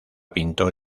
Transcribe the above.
pintor